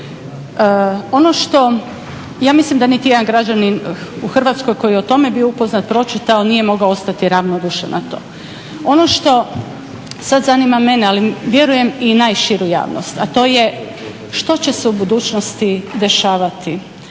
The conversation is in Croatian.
Ono što, ja mislim da niti jedan građanin u Hrvatskoj, koji je o tome bio upoznat, pročitao, nije mogao ostati ravnodušan na to. Ono što sad zanima mene, ali vjerujem i najširu javnost, a to je što će se u budućnosti dešavati?